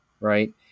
right